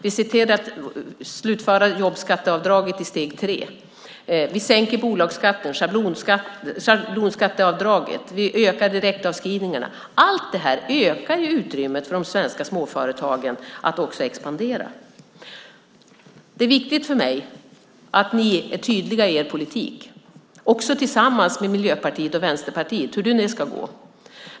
Vi ser till att slutföra jobbskatteavdraget i steg tre. Vi sänker bolagsskatten, höjer schablonbeloppet och ökar direktavskrivningarna. Allt det här ökar utrymmet för de svenska småföretagen att expandera. Det är viktigt för mig att ni är tydliga i er politik, också tillsammans med Miljöpartiet och Vänsterpartiet - hur nu det ska gå.